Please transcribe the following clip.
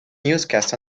newscasts